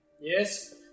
Yes